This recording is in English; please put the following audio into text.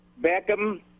Beckham